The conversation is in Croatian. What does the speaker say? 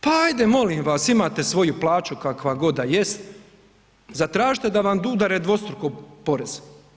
Pa ajde molim vas, imate svoju plaću kakva god da jest, zatražite da vam udare dvostruko porez.